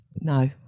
No